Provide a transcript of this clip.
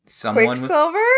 Quicksilver